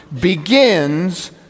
begins